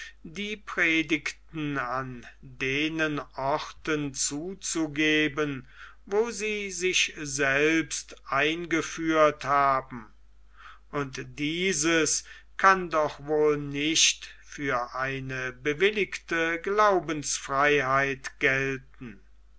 die predigten an den orten zuzugeben wo sie sich selbst eingeführt haben und dieses kann doch wohl nicht für eine bewilligte glaubensfreiheit gelten